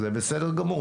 זה בסדר גמור.